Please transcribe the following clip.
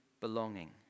belonging